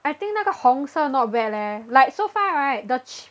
I think 那个红色 not bad leh like so far right the